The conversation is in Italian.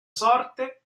sorte